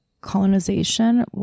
colonization